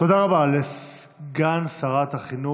תודה רבה לסגן שרת החינוך.